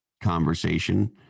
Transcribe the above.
conversation